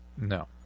no